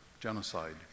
genocide